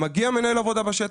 מגיע מנהל עבודה בשטח,